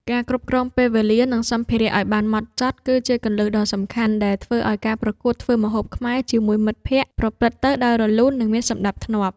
ការគ្រប់គ្រងពេលវេលា និងសម្ភារៈឱ្យបានហ្មត់ចត់ គឺជាគន្លឹះដ៏សំខាន់ដែលធ្វើឱ្យការប្រកួតធ្វើម្ហូបខ្មែរជាមួយមិត្តភក្តិប្រព្រឹត្តទៅដោយរលូន និងមានសណ្ដាប់ធ្នាប់។